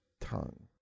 tongue